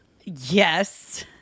Yes